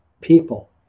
people